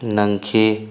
ꯅꯪꯈꯤ